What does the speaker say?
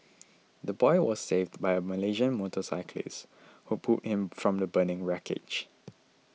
the boy was saved by a Malaysian motorcyclist who pulled him from the burning wreckage